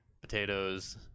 potatoes